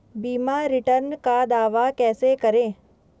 बीमा रिटर्न का दावा कैसे करें?